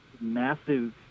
massive